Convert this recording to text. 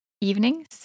evenings